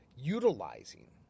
utilizing